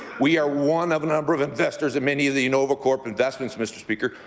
we are one of a number of investors in many of the novacorp investments, mr. speaker.